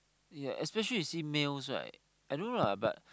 ya especially you see males right I don't know lah but